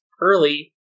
early